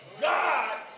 God